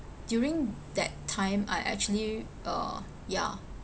during that time I actually uh ya